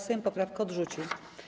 Sejm poprawkę odrzucił.